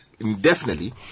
indefinitely